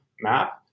map